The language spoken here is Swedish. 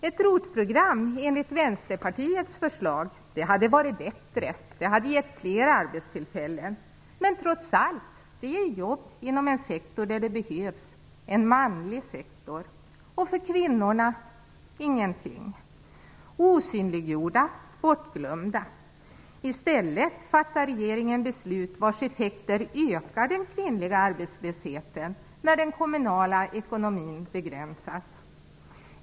Ett ROT-program enligt Vänsterpartiets förslag hade varit bättre. Det hade gett fler arbetstillfällen, men trots allt ger det jobb inom en sektor där det behövs - en manlig sektor. För kvinnorna blir det ingenting. De är osynliggjorda och bortglömda. I stället fattar regeringen beslut vars effekter ökar arbetslösheten bland kvinnor när den kommunala ekonomin begränsas.